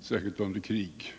särskilt under krig.